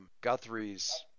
Guthrie's